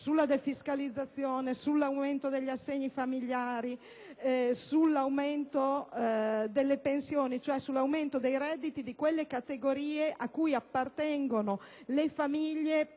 sulla defiscalizzazione, sull’aumento degli assegni familiari e delle pensioni, ossia sull’aumento dei redditi di quelle categorie a cui appartengono le famiglie